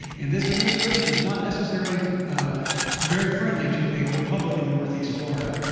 and this administration is not necessarily very friendly to a republican northeast florida.